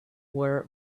where